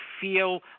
feel